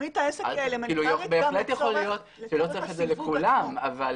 תוכנית העסק היא אלמנטרית גם לצורך הסיווג עצמו.